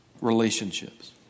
relationships